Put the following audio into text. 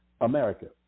America